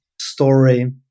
story